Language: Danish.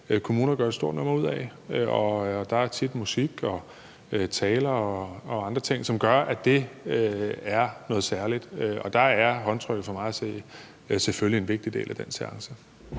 kommuner gør et stort nummer ud af. Der er tit musik og taler og andre ting, som gør, at det er noget særligt. Og der er håndtrykket for mig at se selvfølgelig en vigtig del af den seance.